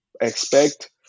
expect